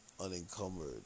unencumbered